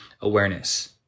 awareness